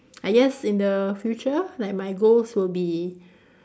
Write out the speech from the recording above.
I guess in the future like my goals will be